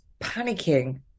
panicking